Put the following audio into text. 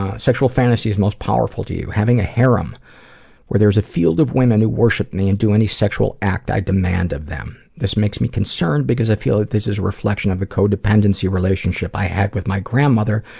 ah sexual fantasies most powerful to you. having a harem where there's a field of women who worship me and do any sexual act i demand of them. this makes me concerned because i feel that this is a reflection of the codependency relationship i had with my grandmother,